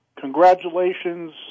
congratulations